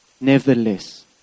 Nevertheless